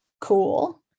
cool